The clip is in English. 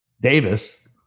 Davis